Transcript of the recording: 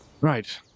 Right